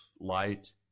light